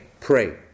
pray